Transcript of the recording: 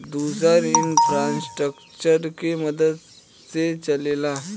दुसर इन्फ़्रास्ट्रकचर के मदद से चलेला